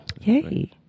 Yay